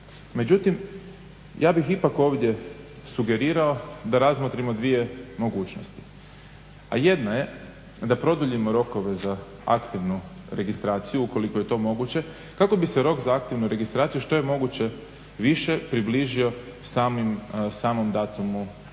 Međutim ja bih ipak ovdje sugerirao da razmotrimo dvije mogućnosti, a jedna je da produljimo rokove za aktivnu registraciju ukoliko je to moguće kako bi se rok za aktivnu registraciju što je moguće više približio samom datumu